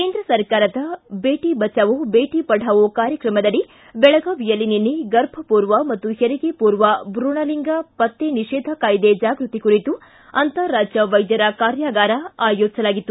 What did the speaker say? ಕೇಂದ್ರ ಸರ್ಕಾರದ ಬೇಟ ಬಚವೋ ಬೇಡಿ ಪಢಾವೊ ಕಾರ್ಯಕ್ರಮದಡಿ ಬೆಳಗಾವಿಯಲ್ಲಿ ನಿನ್ನೆ ಗರ್ಭಪೂರ್ವ ಮತ್ತು ಹೆರಿಗೆಪೂರ್ವ ಭ್ರೂಣಲಿಂಗ ಪತ್ತೆ ನಿಷೇಧ ಕಾಯ್ದೆ ಜಾಗೃತಿ ಕುರಿತು ಅಂತಾರಾಜ್ಯ ವೈದ್ಯರ ಕಾರ್ಯಾಗಾರ ಆಯೋಜಿಸಲಾಗಿತ್ತು